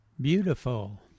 Beautiful